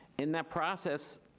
in that process,